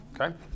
Okay